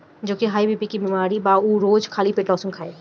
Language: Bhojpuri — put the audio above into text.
जेके हाई बी.पी के बेमारी बा उ रोज खाली पेटे लहसुन खाए